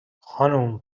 خانم